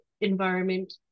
environment